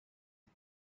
but